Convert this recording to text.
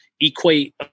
equate